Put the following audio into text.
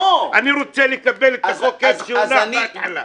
אני רוצה לקבל את החוק איך שהונח בהתחלה.